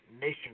Nation